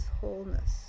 wholeness